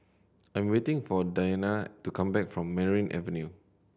I am waiting for Dianna to come back from Merryn Avenue